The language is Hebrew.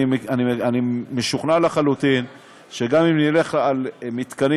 אני משוכנע לחלוטין שאם נלך על מתקנים